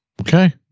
Okay